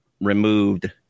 removed